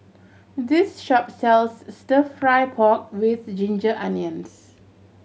this shop sells Stir Fry pork with ginger onions